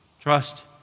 Trust